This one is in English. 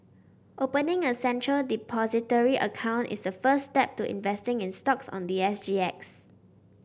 opening a Central Depository account is the first step to investing in stocks on the S G X